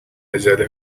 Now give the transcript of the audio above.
عجله